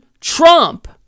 trump